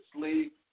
sleep